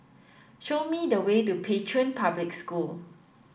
show me the way to Pei Chun Public School